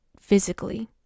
physically